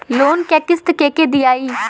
Loan क किस्त के के दियाई?